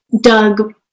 Doug